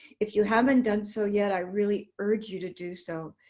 if you haven't done so yet, i really urge you to do so.